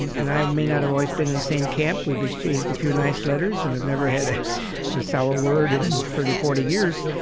and i may not have always been in the same camp, we've exchanged a few nice letters and have never had a sour word in thirty, forty years,